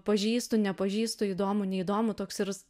pažįstu nepažįstu įdomu neįdomu toks ir